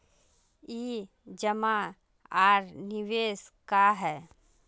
ई जमा आर निवेश का है?